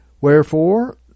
Wherefore